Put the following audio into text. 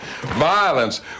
violence